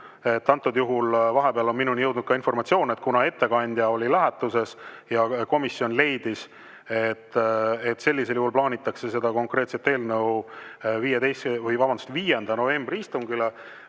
Antud juhul vahepeal on minuni jõudnud informatsioon, et kuna ettekandja oli lähetuses, siis komisjon leidis, et sellisel juhul plaanitakse seda konkreetset eelnõu [arutada] 5. novembri istungil.